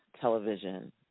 television